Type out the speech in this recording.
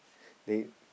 they